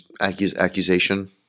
accusation